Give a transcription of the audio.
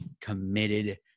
committed